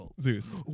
Zeus